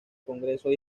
congresos